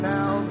Now